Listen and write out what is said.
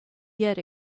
yet